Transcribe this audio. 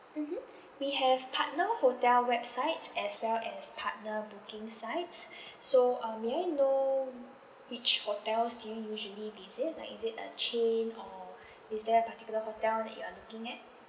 mmhmm we have partner hotel websites as well as partner booking sites so um may I know which hotel do you usually visit like is it a chained or is there a particular hotel that you're looking at